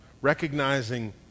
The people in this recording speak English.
recognizing